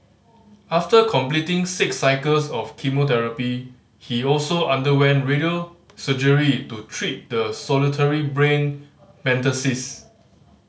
after completing six cycles of chemotherapy he also underwent radio surgery to treat the solitary brain metastasis